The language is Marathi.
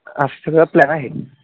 असा सगळा प्लॅन आहे